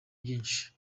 byinshi